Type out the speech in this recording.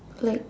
like